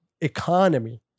Economy